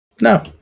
No